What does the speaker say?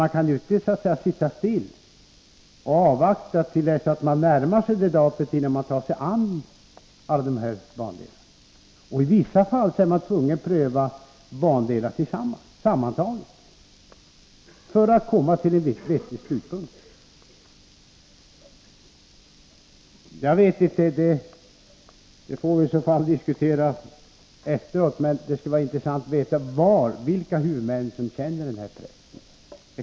Man kan ju inte sitta still och avvakta detta datum innan man tar sig an alla dessa bandelar. I vissa fall är man tvungen att pröva flera bandelar tillsammans för att komma fram till en vettig slutpunkt. Det skulle vara intressant att få exempel på huvudmän som känner den här pressen.